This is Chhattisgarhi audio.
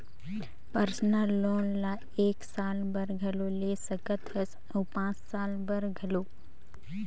परसनल लोन ल एक साल बर घलो ले सकत हस अउ पाँच साल बर घलो